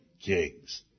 kings